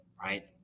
right